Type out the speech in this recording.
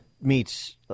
meets